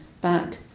back